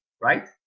Right